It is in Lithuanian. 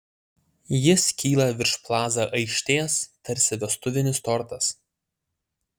jis kyla virš plaza aikštės tarsi vestuvinis tortas